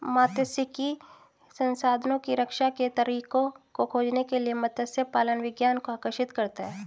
मात्स्यिकी संसाधनों की रक्षा के तरीकों को खोजने के लिए मत्स्य पालन विज्ञान को आकर्षित करता है